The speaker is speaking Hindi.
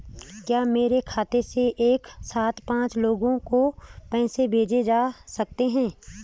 क्या मेरे खाते से एक साथ पांच लोगों को पैसे भेजे जा सकते हैं?